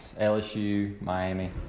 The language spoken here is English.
LSU-Miami